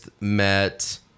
met